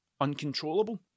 uncontrollable